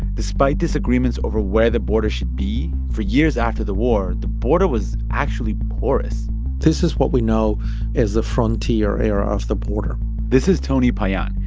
despite disagreements over where the border should be, for years after the war, the border was actually porous this is what we know as the frontier era of the border this is tony payan.